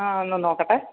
ആ ഒന്ന് നോക്കട്ടെ